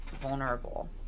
vulnerable